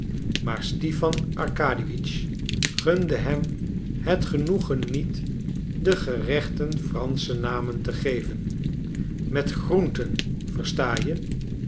maar stipan arkadiewitsch gunde hem het genoegen niet de gerechten fransche namen te geven met groenten versta je